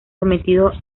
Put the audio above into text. sometido